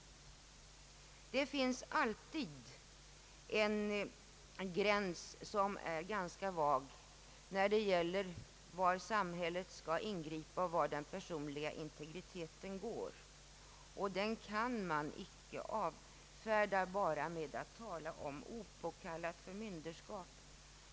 Det finns alltid en ganska vag gräns när det gäller var samhället skall ingripa och var den personliga integriteten går, och den kan man inte avfärda bara med att tala om opåkallat förmynderskap.